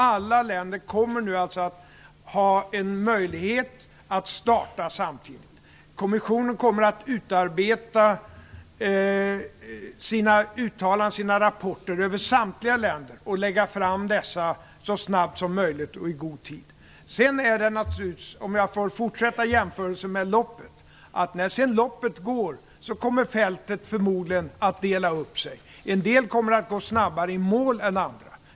Alla länder kommer nu alltså att ha möjlighet att starta samtidigt. Kommissionen kommer att uttala rapporter över samtliga länder och lägga fram dessa så snabbt som möjligt och i god tid. Om jag får fortsätta jämförelsen med loppet vill jag säga följande. När sedan loppet går kommer fältet förmodligen att dela upp sig. En del kommer att gå snabbare i mål än andra.